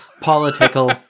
Political